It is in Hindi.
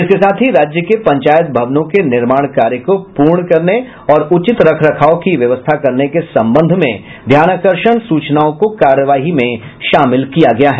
इसके साथ ही राज्य के पंचायत भवनों के निर्माण कार्य को पूर्ण करने और उचित रख रखाव की व्यवस्था करने के संबंध में ध्यानाकर्षण सूचनाओं को कार्यवाही में शामिल किया गया है